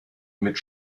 mit